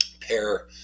pair